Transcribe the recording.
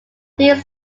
these